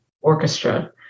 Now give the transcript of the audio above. orchestra